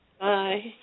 Bye